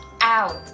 out